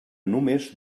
només